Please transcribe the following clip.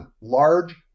large